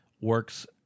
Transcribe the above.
works